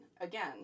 again